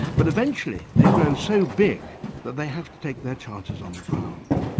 but eventually they grow so big that they have to take their chances on the ground.